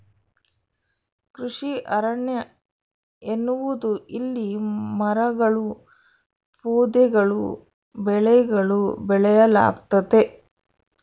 ಕೃಷಿ ಅರಣ್ಯ ಎನ್ನುವುದು ಇಲ್ಲಿ ಮರಗಳೂ ಪೊದೆಗಳೂ ಬೆಳೆಗಳೂ ಬೆಳೆಯಲಾಗ್ತತೆ